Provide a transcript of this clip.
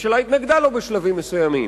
הממשלה התנגדה לו בשלבים מסוימים.